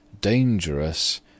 Dangerous